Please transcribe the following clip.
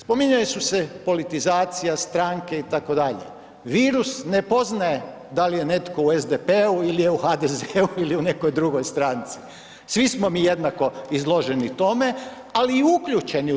Spominjali su se politizacija, stranke itd., virus ne poznaje da li je netko u SDP-u il je u HDZ-u ili u nekoj drugoj stranci, svi smo mi jednako izloženi tome, ali i uključeni u to.